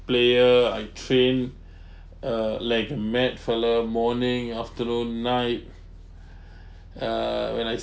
player I trained uh like mad fellow morning afternoon night err when I